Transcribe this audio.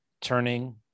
turning